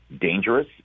dangerous